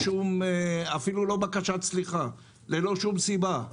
אפילו ללא בקשת סליחה, ללא שום סיבה.